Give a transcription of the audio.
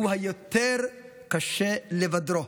הוא היותר-קשה לבדרו,